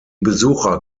besucher